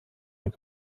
mehr